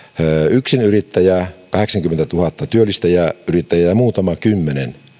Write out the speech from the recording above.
yksinyrittäjää kahdeksankymmentätuhatta työllistävää yrittäjää ja muutama kymmenen